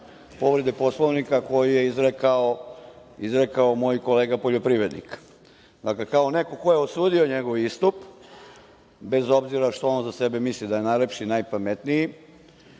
povrede Poslovnika koju je izrekao moj kolega poljoprivrednik. Kao neko ko je osudio njegov istup, bez obzira što on za sebe misli da je najlepši i najpametniji